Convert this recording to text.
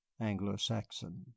anglo-saxon